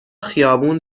خیابون